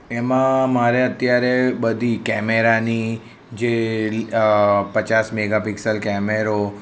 એમાં મારે અત્યારે બધી કેમેરાની જે પચાસ મેગાપિક્સલ કેમેરા